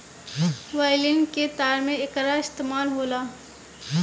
violin के तार में एकर इस्तेमाल होला